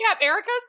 Erica's